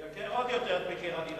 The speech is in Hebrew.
זה מייקר עוד יותר את הדירה.